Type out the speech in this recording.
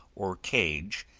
or cage,